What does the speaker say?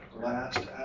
last